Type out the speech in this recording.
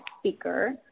speaker